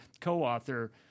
co-author